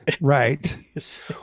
Right